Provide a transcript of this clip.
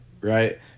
right